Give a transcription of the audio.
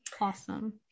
Awesome